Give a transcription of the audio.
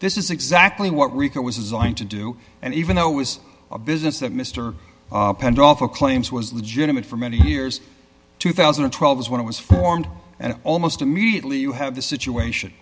this is exactly what rico was designed to do and even though was a business that mr penn draw for claims was legitimate for many years two thousand and twelve was when it was formed and almost immediately you have the situation